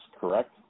Correct